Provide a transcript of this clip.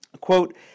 Quote